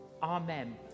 amen